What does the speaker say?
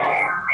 תודה.